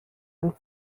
and